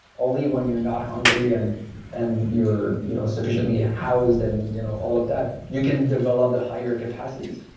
only when you're not hungry and and you're you know sufficiently housed and you know all of that, you can develop the higher capacities.